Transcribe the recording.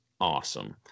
awesome